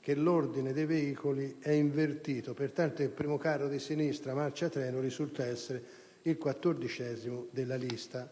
che l'ordine dei veicoli è invertito, pertanto il primo carro di sinistra marcia treno risulta essere il quattordicesimo della lista.